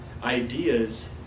ideas